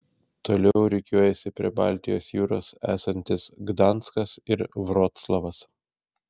toliau rikiuojasi prie baltijos jūros esantis gdanskas ir vroclavas